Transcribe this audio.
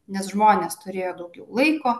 nes žmonės turėjo daugiau laiko